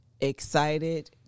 excited